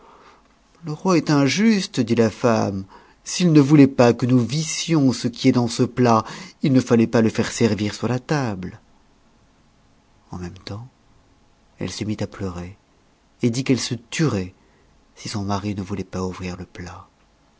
le roi est un injuste dit la femme s'il ne voulait pas que nous vissions ce qui est dans ce plat il ne fallait pas le faire servir sur la table en même temps elle se mit à pleurer et dit qu'elle se tuerait si son mari ne voulait pas ouvrir le plat